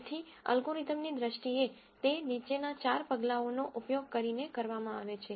તેથી એલ્ગોરિધમની દ્રષ્ટિએ તે નીચેના ચાર પગલાઓનો ઉપયોગ કરીને કરવામાં આવે છે